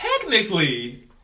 technically